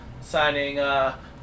signing